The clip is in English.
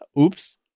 Oops